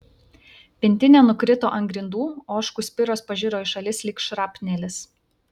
pintinė nukrito ant grindų ožkų spiros pažiro į šalis lyg šrapnelis